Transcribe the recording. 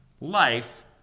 life